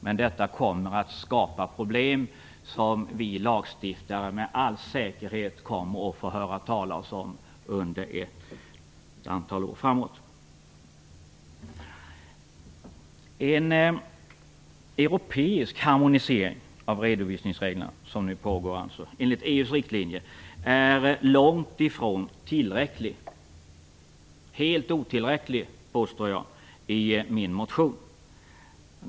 Men detta kommer att skapa problem som vi lagstiftare med all säkerhet får höra talas om under ett antal år framöver. En europeisk harmonisering av redovisningsreglerna enligt EU:s riktlinjer, som nu pågår, är långt ifrån tillräcklig - helt otillräcklig, påstår jag i min motion.